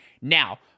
Now